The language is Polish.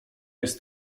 jest